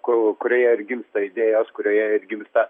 ku kurioje ir gimsta idėjos kurioje ir gimsta